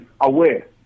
aware